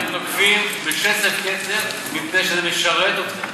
אתם תוקפים בשצף קצף מפני שזה משרת אתכם.